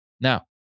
Now